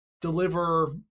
deliver